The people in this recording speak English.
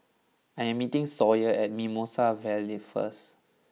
I am meeting Sawyer at Mimosa Vale first